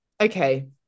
Okay